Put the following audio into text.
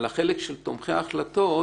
על החלק של תומכי ההחלטות,